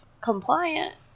compliant